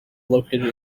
located